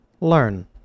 learn